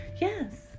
Yes